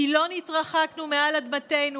כי לא נתרחקנו מעל אדמתנו,